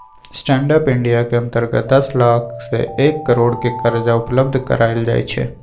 stand up India के अंतर्गत दस लाख से एक करोड़ के करजा उपलब्ध करायल जाइ छइ